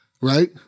Right